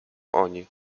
oni